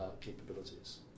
capabilities